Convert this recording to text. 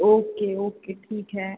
okay okay ठीक है